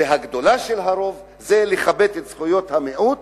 והגדולה של הרוב זה לכבד את זכויות המיעוט,